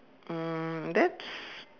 um that's